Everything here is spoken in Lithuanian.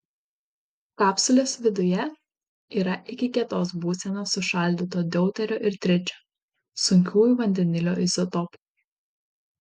kapsulės viduje yra iki kietos būsenos sušaldyto deuterio ir tričio sunkiųjų vandenilio izotopų